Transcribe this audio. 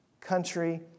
country